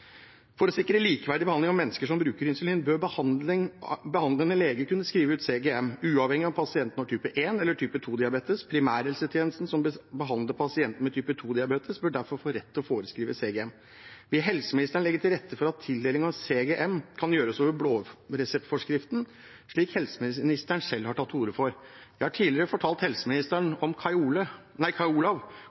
For å sikre likeverdig behandling av mennesker som bruker insulin, bør behandlende lege kunne skrive ut CGM, uavhengig av om pasienten har type 1- eller type 2-diabetes. Primærhelsetjenesten, som behandler pasienter med type 2-diabetes, bør derfor få rett til å foreskrive CGM. Vil helseministeren legge til rette for at tildelingen av CGM kan gjøres over blåreseptforskriften, slik helseministeren selv har tatt til orde for? Jeg har tidligere fortalt helseministeren om